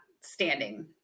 standing